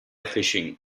fishing